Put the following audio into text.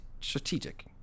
strategic